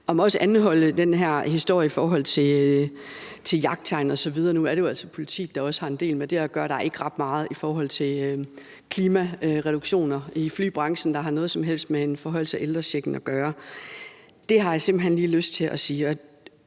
må også anholde den her historie i forhold til jagttegn osv. Nu er det jo altså politiet, der også har en del med det at gøre, og der er ikke ret meget i forhold til klimareduktioner i flybranchen, der har noget som helst med en forhøjelse af ældrechecken at gøre. Det har jeg simpelt hen lige lyst til at sige.